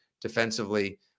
defensively